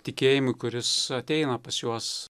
tikėjimui kuris ateina pas juos